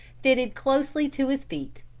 fitted closely to his feet.